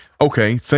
okay